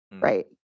right